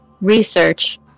research